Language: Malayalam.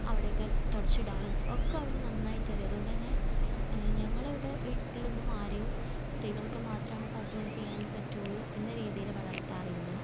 അവിടെയൊക്കെ തുടച്ചിടാനും ഒക്കെ അവന് നന്നായിട്ട് അറിയാം അതുകൊണ്ടന്നെ ഞങ്ങൾ ഇവിടെ വീട്ടിലൊന്നും ആരെയും സ്ത്രീകൾക്ക് മാത്രമാണ് പാചകം ചെയ്യാൻ പറ്റുള്ളൂ എന്ന രീതിയിൽ വളർത്താറില്ല